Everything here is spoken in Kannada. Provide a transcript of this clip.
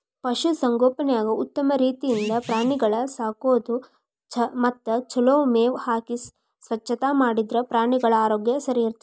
ಪಶು ಸಂಗೋಪನ್ಯಾಗ ಉತ್ತಮ ರೇತಿಯಿಂದ ಪ್ರಾಣಿಗಳ ಸಾಕೋದು ಮತ್ತ ಚೊಲೋ ಮೇವ್ ಹಾಕಿ ಸ್ವಚ್ಛತಾ ಮಾಡಿದ್ರ ಪ್ರಾಣಿಗಳ ಆರೋಗ್ಯ ಸರಿಇರ್ತೇತಿ